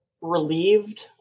relieved